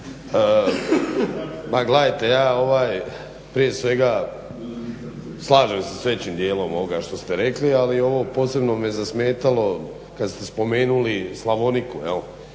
Ma gledajte, ja prije svega slažem se s većim dijelom ovoga što ste rekli ali ovo posebno me zasmetalo kad ste spomenuli Slavoniku,